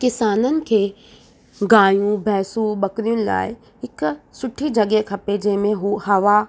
किसाननि खे गायूं भैसूं ॿकिरियुनि लाइ हिकु सुठी जॻहि खपे जंहिं में हू हवा